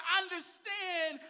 understand